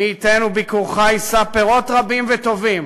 מי ייתן וביקורך יישא פירות רבים וטובים